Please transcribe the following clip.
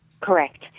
Correct